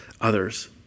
others